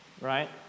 right